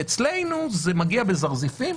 ואצלנו זה מגיע בזרזיפים.